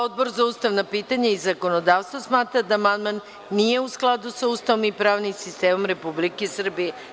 Odbor za ustavna pitanja i zakonodavstvo smatra da amandman nije u skladu sa Ustavom i pravnim sistemom Republike Srbije.